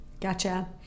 Gotcha